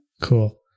Cool